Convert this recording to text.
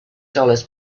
dollars